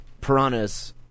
piranhas